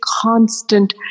constant